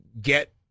get